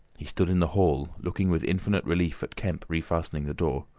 he stood in the hall, looking with infinite relief at kemp refastening the door.